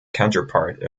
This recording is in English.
counterpart